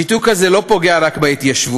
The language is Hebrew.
השיתוק הזה לא פוגע רק בהתיישבות,